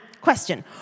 question